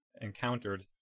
encountered